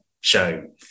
show